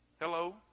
Hello